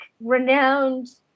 renowned